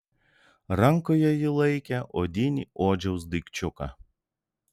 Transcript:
rankoje ji laikė odinį odžiaus daikčiuką